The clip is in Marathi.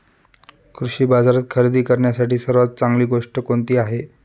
कृषी बाजारात खरेदी करण्यासाठी सर्वात चांगली गोष्ट कोणती आहे?